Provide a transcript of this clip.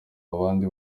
abandi